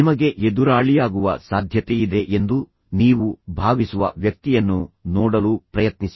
ನಿಮಗೆ ಎದುರಾಳಿಯಾಗುವ ಸಾಧ್ಯತೆಯಿದೆ ಎಂದು ನೀವು ಭಾವಿಸುವ ವ್ಯಕ್ತಿಯನ್ನು ನೋಡಲು ಪ್ರಯತ್ನಿಸಿ